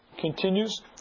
continues